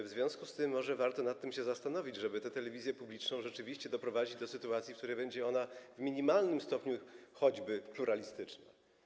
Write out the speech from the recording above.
W związku z tym może warto nad tym się zastanowić, żeby tę telewizję publiczną rzeczywiście doprowadzić do sytuacji, w której będzie ona choćby w minimalnym stopniu pluralistyczna.